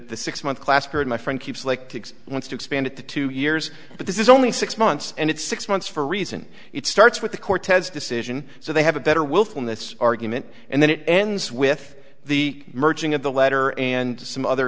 six month class curd my friend keeps like to wants to expand it to two years but this is only six months and it's six months for a reason it starts with the cortez decision so they have a better willfulness argument and then it ends with the merging of the letter and some other